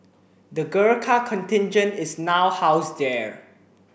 the Gurkha Contingent is now housed there